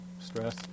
stress